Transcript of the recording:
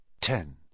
Ten